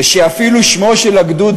ושאפילו שמו של הגדוד,